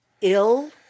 Ill